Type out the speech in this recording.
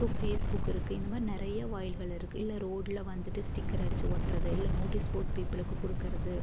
so Facebook இருக்குது இந்த மாதிரி நிறைய வாயில்கள் இருக்குது இல்லை ரோட்டில் வந்துட்டு ஸ்டிக்கர் அடுச்சு ஒட்டுறது இல்லை நோட்டிஸ் போட்டு பீப்புளுக்கு கொடுக்கறது